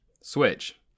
Switch